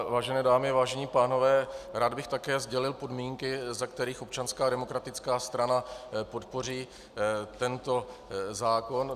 Vážené dámy, vážení pánové, rád bych také sdělil podmínky, za kterých Občanská demokratická strana podpoří tento zákon.